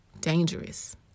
dangerous